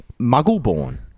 muggle-born